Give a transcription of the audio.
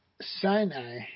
Sinai